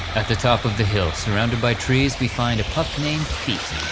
at the top of the hill surrounded by trees we find a pup named pete.